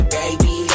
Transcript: baby